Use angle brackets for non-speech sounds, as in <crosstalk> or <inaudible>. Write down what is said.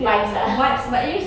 vibes ah <laughs>